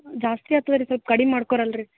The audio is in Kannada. ಜಾಸ್ತಿ ಆಯ್ತ್ ಅಲ್ಲ ರೀ ಸ್ವಲ್ಪ ಕಡಿಮೆ ಮಾಡ್ಕೊ ಅಲ್ಲ ರೀ